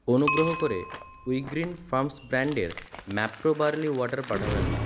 অনুগ্রহ করে WeGreen Farms ব্র্যান্ডের মাপ্রো বার্লি ওয়াটার পাঠাবেন না